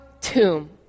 tomb